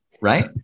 right